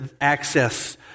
Access